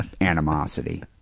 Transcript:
animosity